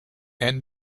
and